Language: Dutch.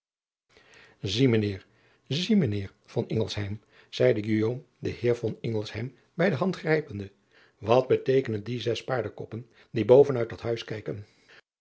ie mijn eer zie mijn eer zeide den eer bij de hand grijpende at beteekenen die zes paardenkoppen die boven uit dat huis kijken